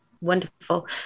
wonderful